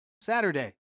Saturday